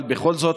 אבל בכל זאת,